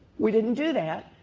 we didn't do that,